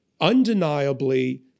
undeniably